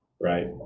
Right